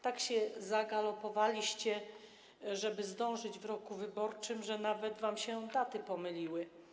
Tak się zagalopowaliście, żeby zdążyć w roku wyborczym, że nawet wam się daty pomyliły.